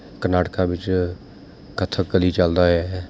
ਕਰਨਾਟਕਾ ਵਿੱਚ ਕਥਕ ਕਲੀ ਚੱਲਦਾ ਹੈ